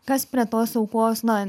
kas prie tos aukos na